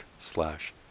slash